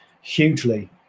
hugely